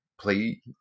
play